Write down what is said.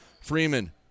Freeman